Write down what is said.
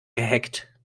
gehackt